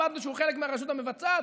למדנו שהוא חלק מהרשות המבצעת.